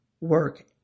work